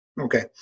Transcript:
Okay